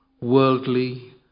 worldly